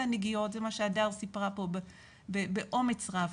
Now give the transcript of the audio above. זה הנגיעות וזה מה שהדר סיפרה פה באומץ רב.